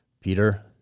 Peter